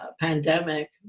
pandemic